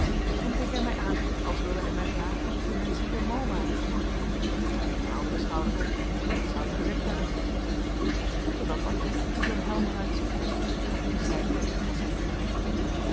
toen keek hij mij aan als wilde hij mij vragen of de menschen hier mal waren geworden ik haalde de schouders op wat zou ik gezegd hebben doet er dat wat toe hoe zoo'n helm er uitziet vroeg de beschrijvende dichter aan zijn buurman